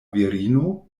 virino